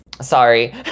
sorry